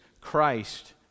Christ